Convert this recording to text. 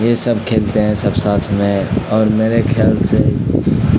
یہ سب کھیلتے ہیں سب ساتھ میں اور میرے خیال سے